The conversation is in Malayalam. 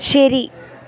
ശരി